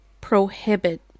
prohibit